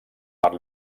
per